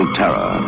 terror